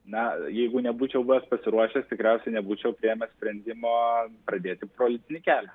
na jeigu nebūčiau buvęs pasiruošęs tikriausiai nebūčiau priėmęs sprendimo pradėti politinį kelią